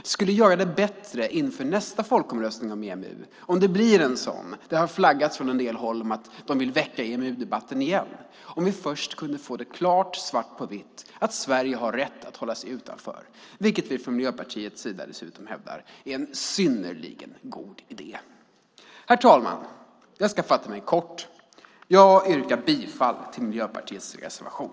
Det skulle vara bättre inför nästa folkomröstning om EMU - om det blir en sådan - om vi kunde få svart på vitt på att Sverige har rätt att hålla sig utanför, något som vi från Miljöpartiet hävdar är en synnerligen god idé. Det har flaggats från en del håll att man vill väcka EMU-debatten igen. Herr talman! Jag yrkar bifall till Miljöpartiets reservation.